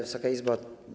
Wysoka Izbo!